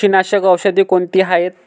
बुरशीनाशक औषधे कोणती आहेत?